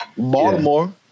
Baltimore